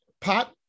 pot